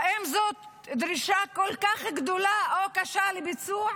האם זאת דרישה כל כך גדולה או קשה לביצוע?